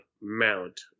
Mount